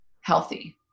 healthy